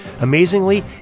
Amazingly